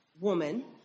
woman